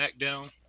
Smackdown